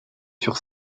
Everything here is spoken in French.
sur